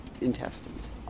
intestines